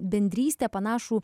bendrystę panašų